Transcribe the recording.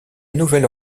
nouvelle